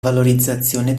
valorizzazione